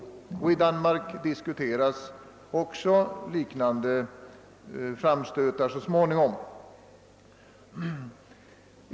I Danmark diskuteras också att så småningom göra liknande framstötar.